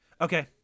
Okay